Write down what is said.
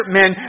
men